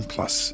Plus